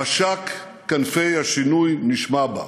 משק כנפי השינוי נשמע בה"